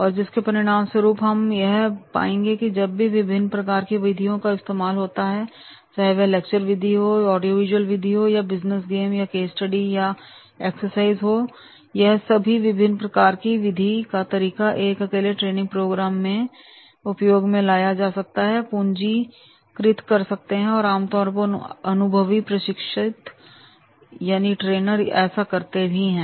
और जिसके परिणाम स्वरूप हम यह पाएंगे कि जब भी विभिन्न प्रकार की विधियों का इस्तेमाल होता है चाहे वह लेक्चर विधि हो या ऑडियोवीजुअल विधि हो या बिजनेस गेम हो या केस स्टडी हो या एक्सरसाइज हो यह सभी विभिन्न प्रकार की विधि या तरीके एक अकेले ट्रेनिंग प्रोग्राम में उपयोग में लाए जा सकते हैं पूंजी कृत कर सकते हैं और आमतौर पर अनुभवी प्रशिक्षित ऐसा करते भी हैं